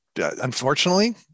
unfortunately